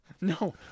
No